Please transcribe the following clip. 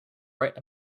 write